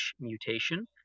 mutation